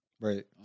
Right